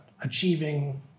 achieving